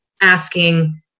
asking